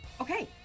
Okay